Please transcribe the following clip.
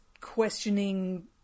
questioning